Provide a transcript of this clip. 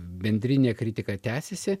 bendrinė kritika tęsiasi